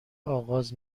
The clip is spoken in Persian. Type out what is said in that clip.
آغاز